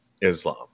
Islam